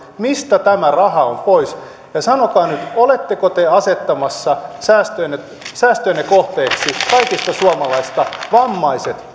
mistä tämä raha on pois ja sanokaa nyt oletteko te asettamassa säästöjenne säästöjenne kohteeksi kaikista suomalaisista vammaiset